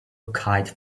kite